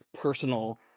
personal